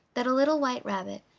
that a little white rabbit,